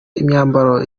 imyambaro